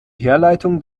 herleitung